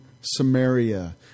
Samaria